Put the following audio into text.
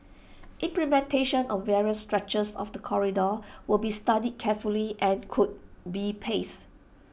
implementation on various stretches of the corridor will be studied carefully and could be paced